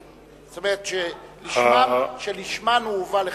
זאת אומרת שלשמן הוא הובא לכאן.